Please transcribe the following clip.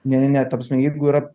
ne ne ne ta prasme jeigu yra